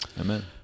Amen